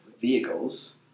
vehicles